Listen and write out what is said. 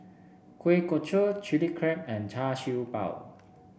Kuih Kochi Chilli Crab and Char Siew Bao